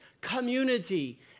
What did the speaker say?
community